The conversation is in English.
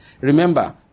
Remember